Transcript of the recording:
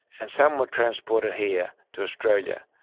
and some were transported here to australia,